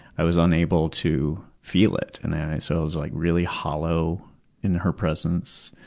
i was unable to feel it, and i so was like really hollow in her presence.